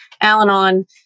Al-Anon